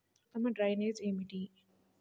ఉత్తమ డ్రైనేజ్ ఏమిటి?